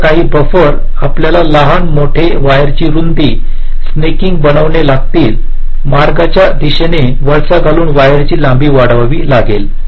तुम्हाला काही बफर आपल्याला लहान मोठेवायरची रुंदी स्नॅकिंग बनवावे लागतील मार्गाच्या दिशेने वळसा घालून वायरची लांबी वाढवावी लागेल